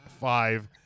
five